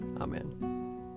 Amen